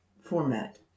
format